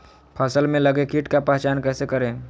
फ़सल में लगे किट का पहचान कैसे करे?